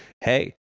hey